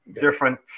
different